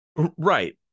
right